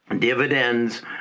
dividends